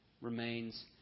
remains